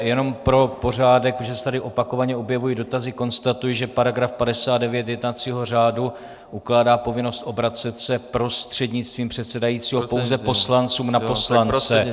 Jenom pro pořádek, protože se tady opakovaně objevují dotazy, konstatuji, že § 59 jednacího řádu ukládá povinnost obracet se prostřednictvím předsedajícího pouze poslancům na poslance.